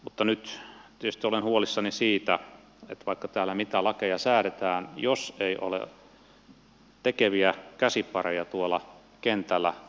mutta nyt tietysti olen huolissani siitä että on sama vaikka täällä mitä lakeja säädetään jos ei ole tekeviä käsipareja tuolla kentällä